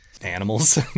animals